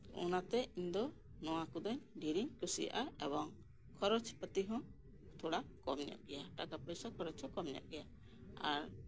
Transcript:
ᱚᱱᱟᱛᱮ ᱤᱧᱫᱚ ᱱᱚᱣᱟ ᱠᱚᱫᱚ ᱰᱷᱮᱨᱤᱧ ᱠᱩᱥᱤᱭᱟᱜᱼᱟ ᱮᱵᱚᱝ ᱠᱷᱚᱨᱚᱡᱽ ᱯᱟᱹᱛᱤᱦᱚᱸ ᱛᱷᱚᱲᱟ ᱠᱚᱢ ᱧᱚᱜ ᱜᱮᱭᱟ ᱴᱟᱠᱟ ᱯᱚᱭᱥᱟ ᱠᱷᱚᱨᱚᱡ ᱫᱚ ᱠᱚᱢᱧᱚᱜ ᱜᱮᱭᱟ ᱟᱨ